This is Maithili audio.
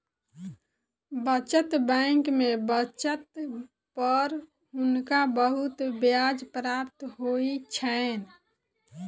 बचत बैंक में बचत पर हुनका बहुत ब्याज प्राप्त होइ छैन